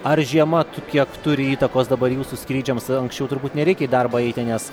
ar žiema tu kiek turi įtakos dabar jūsų skrydžiams anksčiau turbūt nereikia į darbą eiti nes